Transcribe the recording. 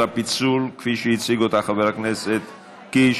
הפיצול כפי שהציג אותה חבר הכנסת קיש.